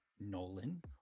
Nolan